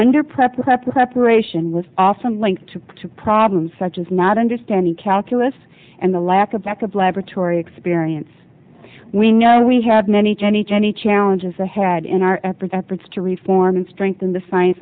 under preparation with off some linked to problems such as not understanding calculus and the lack of lack of laboratory experience we know we have many jenny jenny challenges ahead in our efforts efforts to reform and strengthen the science